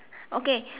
okay